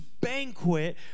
banquet